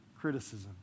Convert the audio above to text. criticism